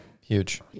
Huge